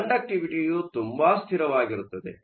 ಇದರ ಅರ್ಥ ಕಂಡಕ್ಟಿವಿಟಿಯು ತುಂಬಾ ಸ್ಥಿರವಾಗಿರುತ್ತದೆ